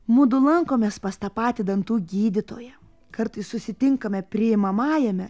mudu lankomės pas tą patį dantų gydytoją kartais susitinkame priimamajame